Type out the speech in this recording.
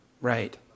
right